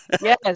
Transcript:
yes